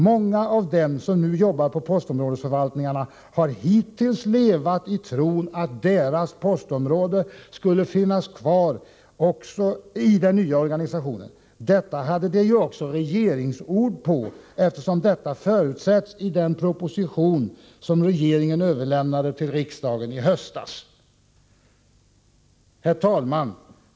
Många av dem som nu jobbar på postområdesförvaltningarna har hittills levat i tron att ”deras' postområde skulle finnas kvar i den nya organisatonen. Detta hade de ju också regeringsord på, eftersom detta förutsätts i den proposition som regeringen överlämnade till riksdagen i höstas.” Herr talman!